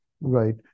right